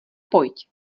pojď